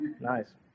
Nice